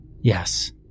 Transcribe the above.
Yes